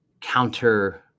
counter